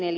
eli